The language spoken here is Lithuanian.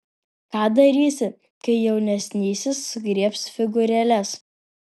ką darysi kai jaunesnysis sugriebs figūrėles